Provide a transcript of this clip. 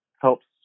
helps